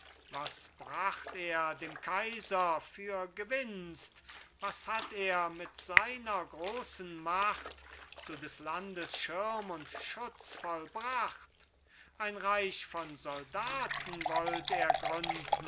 was bracht er dem kaiser für gewinst was hat er mit seiner großen macht zu des landes schirm und schutz vollbracht ein reich von soldaten wollt er gründen